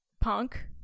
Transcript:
punk